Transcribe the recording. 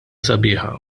sabiħa